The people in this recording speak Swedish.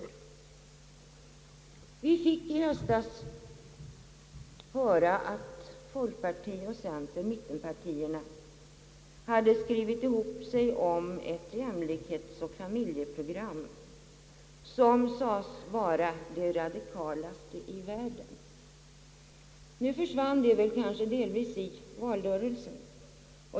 Vi fick i höstas höra, att folkpartiet och centerpartiet — mittenpartierna — hade skrivit ihop sig om ett jämlikhetsoch familjeprogram, som sades vara det radikalaste i världen. Nu försvann det väl kanske delvis i valrörelsen.